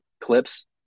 clips